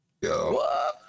Yo